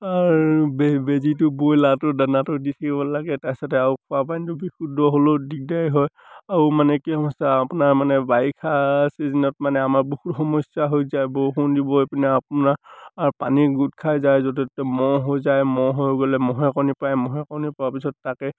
আপোনাৰ বেজীটো ব্ৰইলাটো দানাটো দি থাকিব লাগে তাৰপিছতে আৰু খোৱাপানীটো বিশুদ্ধ হ'লেও দিগদাৰী হয় আৰু মানে কি সমস্যা আপোনাৰ মানে বাৰিষা চিজনত মানে আমাৰ বহুত সমস্যা হৈ যায় বৰষুণ দিবই ইপিনে আপোনাৰ পানী গোট খাই যায় য'তে ত'তে মহ হৈ যায় মহ হৈ গ'লে মহে কণী পাৰে মহে কণী পৰাৰ পিছত তাকে